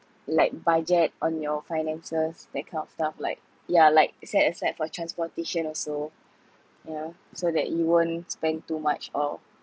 like budget on your finances that kind of stuff like yeah like set aside for transportation also yeah so that you won't spend too much of